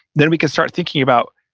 then we can start thinking about,